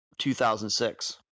2006